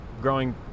growing